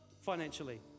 financially